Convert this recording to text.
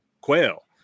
quail